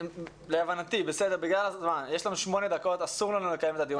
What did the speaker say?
יש לנו שמונה דקות ואסור לנו לקיים דיון